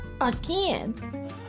again